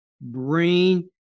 brain